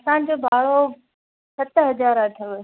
असांजो भाड़ो सत हज़ार अथव